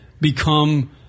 become